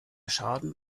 schaden